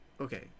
Okay